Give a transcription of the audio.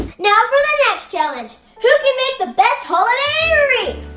now, for the next challenge. who can make the best holiday wreath?